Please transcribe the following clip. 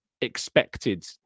expected